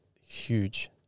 huge